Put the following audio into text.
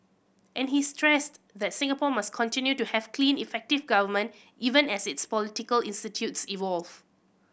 and he stressed that Singapore must continue to have clean effective government even as its political institutions evolve